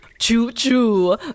Choo-choo